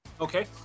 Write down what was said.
Okay